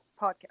podcast